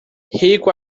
rico